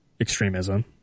extremism